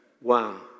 Wow